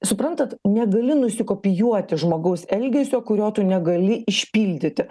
suprantat negali nusikopijuoti žmogaus elgesio kurio tu negali išpildyti